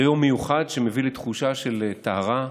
זה יום מיוחד שמביא לתחושה של טהרה,